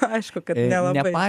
aišku kad nelabai